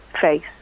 face